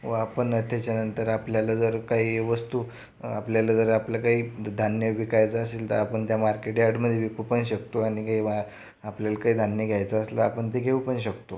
व आपण त्याच्यानंतर आपल्याला जर काही वस्तू आपल्याला जर आपलं काही धान्य विकायचं असेल तर आपण त्या मार्केट यार्डमध्ये विकू पण शकतो आणि काही आपल्याला काही आपल्याला काय धान्य घ्यायच असलं आपण ते घेऊ पण शकतो